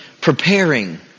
preparing